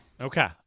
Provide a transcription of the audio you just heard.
Okay